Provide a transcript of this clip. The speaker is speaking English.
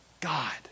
God